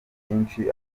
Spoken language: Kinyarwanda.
byinshi